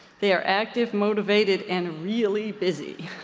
they are active, motivated, and really busy.